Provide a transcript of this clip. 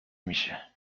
میشه